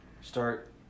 start